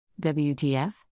WTF